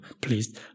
please